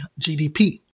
GDP